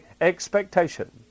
expectation